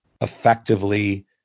effectively